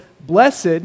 Blessed